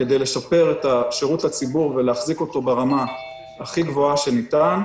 כדי לשפר את השירות לציבור ולהחזיק אותו ברמה הכי גבוהה שניתן,